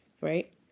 right